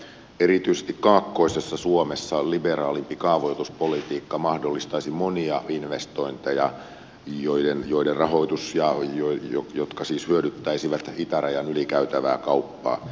erityisesti kaakkoisessa suomessa liberaalimpi kaavoituspolitiikka mahdollistaisi monia investointeja joihin joiden rahoitus ja joihin jotka hyödyttäisivät itärajan yli käytävää kauppaa